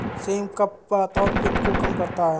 same कफ, वात और पित्त को कम करता है